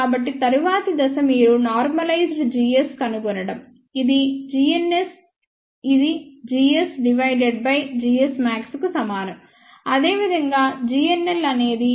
కాబట్టి తరువాతి దశ మీరు నార్మలైజ్డ్ gs కనుగొనటంఇది gns ఇది gs డివైడెడ్ బై gsmax కు సమానం అదేవిధంగా gnl అనేది gl డివైడెడ్ బై glmax